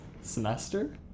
semester